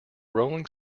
rolling